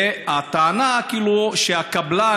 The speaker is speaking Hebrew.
הטענה היא שהקבלן,